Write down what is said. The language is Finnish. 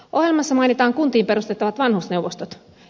ohjelmassa mainitaan kuntiin perustettavat vanhusneuvostot